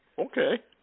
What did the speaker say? Okay